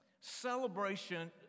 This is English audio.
celebration